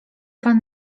pan